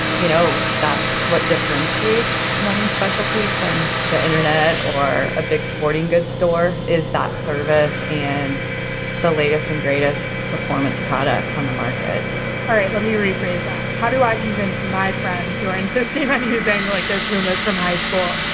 you know. that's what differentiates running specialty from the internet or a big sporting goods store. is that service and the latest and greatest performance products on the market all right. let me rephrase that. how do i convince my friends who are insisting on using like their puma's from high school,